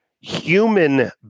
human